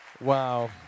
Wow